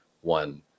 one